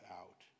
out